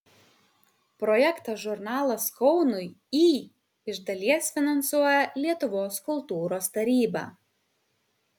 projektą žurnalas kaunui į iš dalies finansuoja lietuvos kultūros taryba